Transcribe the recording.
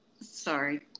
Sorry